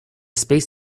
space